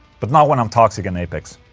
but not when i'm toxic in apex